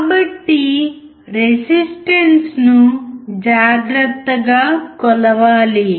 కాబట్టి రెసిస్టెన్స్ ను జాగ్రత్తగా కొలవాలి